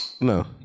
No